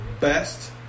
Best